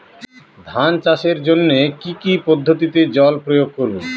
ধান চাষের জন্যে কি কী পদ্ধতিতে জল প্রয়োগ করব?